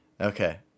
Okay